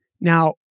Now